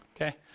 okay